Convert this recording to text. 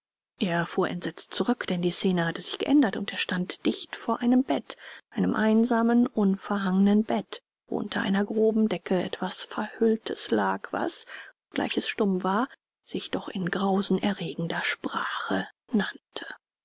er fuhr entsetzt zurück denn die scene hatte sich geändert und er stand dicht vor einem bett einem einsamen unverhangnen bett wo unter einer groben decke etwas verhülltes lag was obgleich es stumm war sich doch in grausenerregender sprache nannte